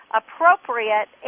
appropriate